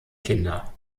kinder